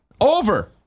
Over